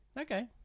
Okay